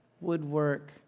woodwork